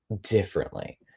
differently